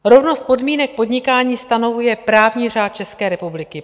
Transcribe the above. Rovnost podmínek podnikání stanovuje právní řád České republiky.